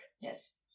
Yes